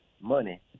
money